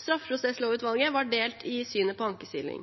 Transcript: Straffeprosesslovutvalget var delt i synet på ankesiling.